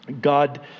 God